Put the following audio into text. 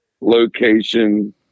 location